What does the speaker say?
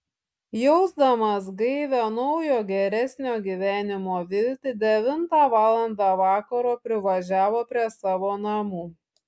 jausdamas gaivią naujo geresnio gyvenimo viltį devintą valandą vakaro privažiavo prie savo namų